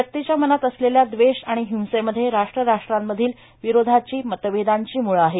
व्यक्तीच्या मनात असलेल्या दवेष आणि हिंसेमधे राष्ट्र राष्ट्रांमधील विरोधाची मतभेदांची मुळं आहेत